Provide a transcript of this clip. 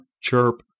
chirp